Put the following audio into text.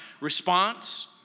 response